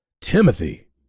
Timothy